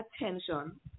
attention